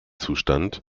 zustand